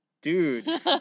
dude